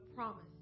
Promise